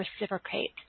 reciprocate